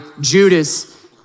Judas